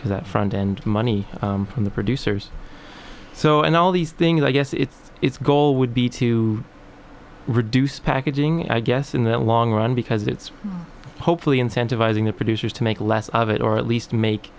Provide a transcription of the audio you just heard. that front and money from the producers so and all these things i guess it's its goal would be to reduce packaging i guess in the long run because it's hopefully incentivizing the producers to make less of it or at least make